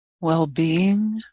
well-being